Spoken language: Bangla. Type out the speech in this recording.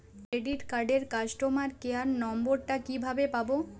ক্রেডিট কার্ডের কাস্টমার কেয়ার নম্বর টা কিভাবে পাবো?